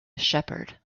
shepherd